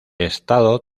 estado